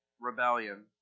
rebellion